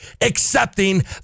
accepting